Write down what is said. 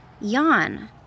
Yawn